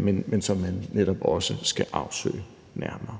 men som man netop også skal afsøge nærmere.